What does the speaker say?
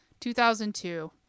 2002